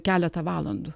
keletą valandų